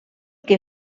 que